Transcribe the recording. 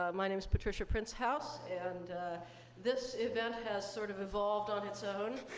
um my name is patricia princehouse, and this event has sort of evolved on its own.